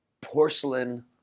porcelain